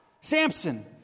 Samson